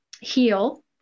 heal